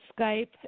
Skype